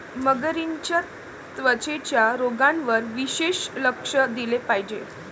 मगरींच्या त्वचेच्या रोगांवर विशेष लक्ष दिले पाहिजे